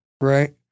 Right